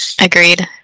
Agreed